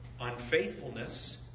unfaithfulness